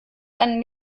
einen